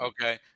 Okay